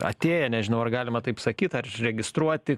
atėję nežinau ar galima taip sakyt ar užregistruoti